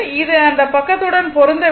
இது இந்த பக்கத்துடன் பொருந்தவில்லை